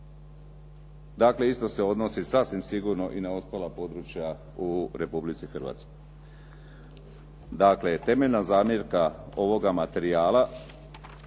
Dakle, isto se odnosi sasvim sigurno i na ostala područja u Republici Hrvatskoj. Dakle, temeljna zamjerka ovoga materijala